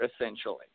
essentially